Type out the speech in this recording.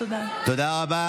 תודה רבה.